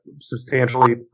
substantially